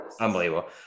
unbelievable